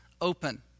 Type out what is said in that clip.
open